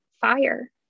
fire